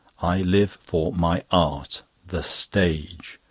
i live for my art the stage.